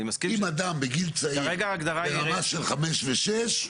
אם אדם, בגל צעיר, ברמה של חמש ושש.